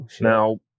Now